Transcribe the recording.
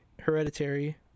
hereditary